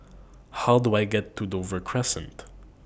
How Do I get to Dover Crescent